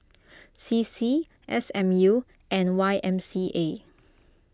C C S M U and Y M C A